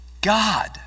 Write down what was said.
God